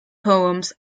poems